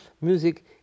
music